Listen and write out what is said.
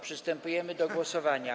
Przystępujemy do głosowania.